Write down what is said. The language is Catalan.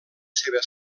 seva